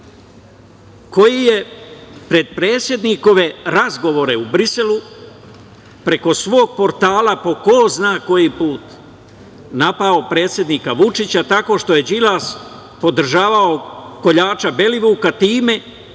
koji je pred predsednikove razgovore u Briselu preko svog portala, po ko zna koji put napao predsednika Vučića tako što je Đilas podržavao koljača Belivuka time